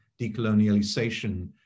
decolonialization